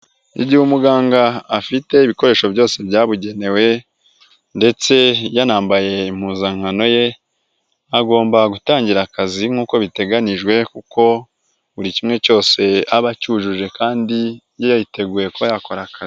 Igihe umuganga afite ibikoresho byose byabugenewe ndetse yanambaye impuzankano ye, agomba gutangira akazi nk'uko biteganjwe kuko buri kimwe cyose aba acyujuje kandi yariteguye ko yakora akazi.